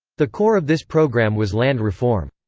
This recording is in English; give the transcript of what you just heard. the core of this program was land reform.